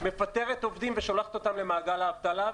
מפטרת עובדים ושולחת אותם למעגל האבטלה,